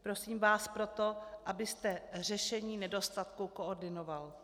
Prosím vás proto, abyste řešení nedostatků koordinoval.